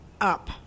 up